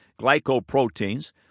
glycoproteins